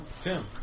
Tim